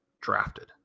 drafted